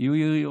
יהיו יריות.